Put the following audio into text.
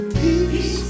peace